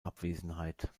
abwesenheit